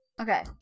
Okay